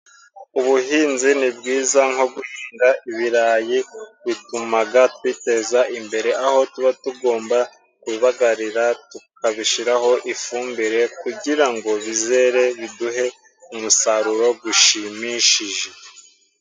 Ubuhinzi nibwiza nko guhinga ibirayi bitumaga twiteza imbere, aho tuba tugomba kubibagarira tukabishyiraho ifumbire, kugira bizere biduhe umusaruro gushimishije.